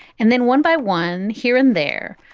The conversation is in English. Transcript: and then one by one, here and there.